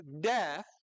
death